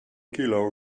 kilo